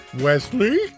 Wesley